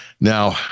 now